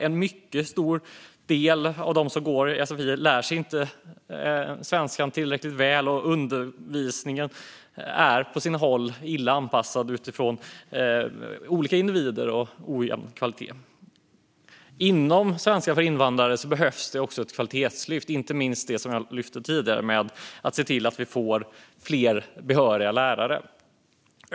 En mycket stor del av dem som går sfi lär sig inte svenska tillräckligt väl, och undervisningen är på sina håll illa anpassad utifrån olika individer och av ojämn kvalitet. Inom svenska för invandrare behövs det också ett kvalitetslyft, inte minst det jag tog upp tidigare om att se till att vi får fler behöriga lärare.